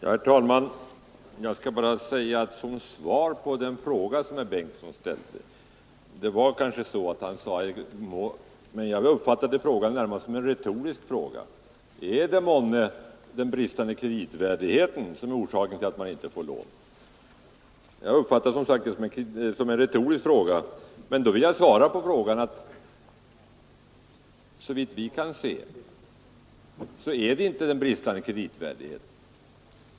Herr talman! Jag skall bara svara på den fråga som herr Bengtsson i Landskrona ställde. Jag uppfattade den närmast som en retorisk fråga: Är det månne den bristande kreditvärdigheten som är orsaken till att man inte får lån? Jag uppfattar som sagt detta som en retorisk fråga. Men jag vill svara, att såvitt vi kan se är det inte fråga om bristande kreditvärdighet.